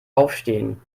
aufstehen